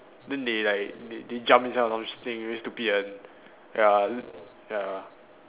then they like they they jump inside or something very stupid one ya ya